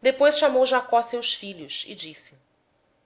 depois chamou jacó a seus filhos e disse